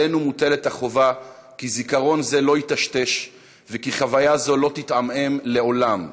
עלינו מוטלת החובה שזיכרון זה לא ייטשטש וחוויה זו לא תתעמעם לעולם.